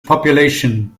population